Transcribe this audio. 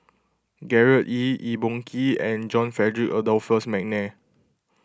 Gerard Ee Eng Boh Kee and John Frederick Adolphus McNair